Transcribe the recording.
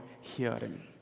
hearing